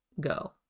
go